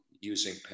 using